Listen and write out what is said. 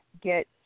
get